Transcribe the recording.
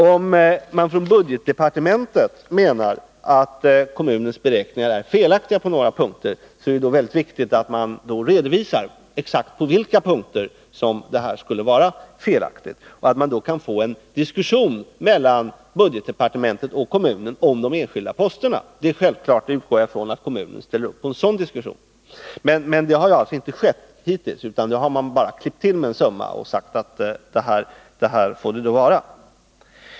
Om man på budgetdepartementet menar att kommunens beräkningar är felaktiga på några punkter, är det viktigt att man redovisar exakt vilka punkter som är felaktiga och får till stånd en diskussion mellan budgetdepartementet och kommunen om de enskilda posterna. Jag utgår från att kommunen ställer upp på en sådan diskussion. Det har inte skett hittills, utan departementet har bara klippt till med en summa.